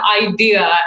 idea